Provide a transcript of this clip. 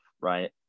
right